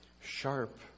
Sharp